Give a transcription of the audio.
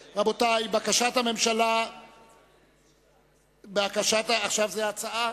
בסדר-היום, עכשיו זאת הצבעה,